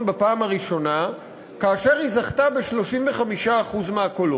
בפעם הראשונה כאשר היא זכתה ב-35% מהקולות,